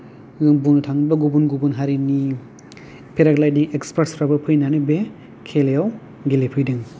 जों बुंनो थाङोब्ला गुबुन गुबुन हारिनि फेराग्लायडिं एक्सपार्टसफोराबो फैनानै बे खेलायाव गेलेफैदों